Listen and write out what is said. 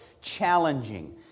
challenging